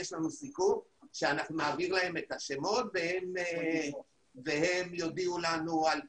יש לנו סיכום שאנחנו נעביר להם את השמות והם יודיעו לנו על פטירות.